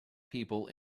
people